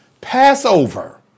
Passover